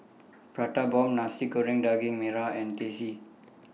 Prata Bomb Nasi Goreng Daging Merah and Teh C